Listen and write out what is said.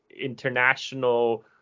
international